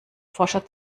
forscher